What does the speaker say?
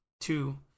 two